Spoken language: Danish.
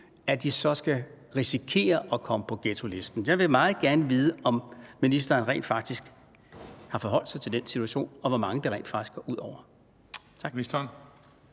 nu, så skal risikere at komme på ghettolisten? Jeg vil meget gerne vide, om ministeren rent faktisk har forholdt sig til den situation, og hvor mange det rent faktisk går ud over. Tak.